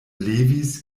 levis